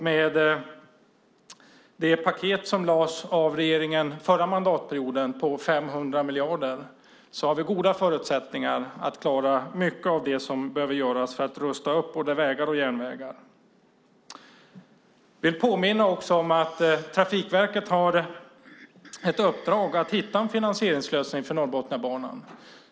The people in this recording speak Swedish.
Med det paket på 500 miljarder som lades fram av regeringen den förra mandatperioden har vi goda förutsättningar att klara mycket av det som behöver göras för att rusta upp både vägar och järnvägar. Jag vill också påminna om att Trafikverket har ett uppdrag att hitta en finansieringslösning för Norrbotniabanan.